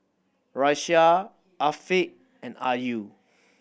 Raisya Afiq and Ayu